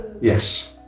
Yes